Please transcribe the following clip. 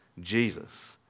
Jesus